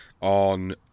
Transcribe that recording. on